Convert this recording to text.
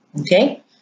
Okay